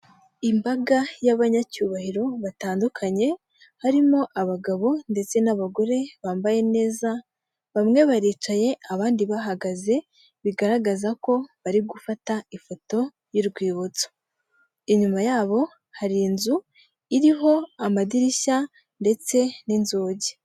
Imbaga y'abanyacyubahiro batandukanye harimo abagabo ndetse n'abagore bambaye neza, bamwe baricaye abandi bahagaze bigaragaza ko bari gufata ifoto y'urwibutso, inyuma yabo hari inzu iriho amadirishya ndetse n'inzugi.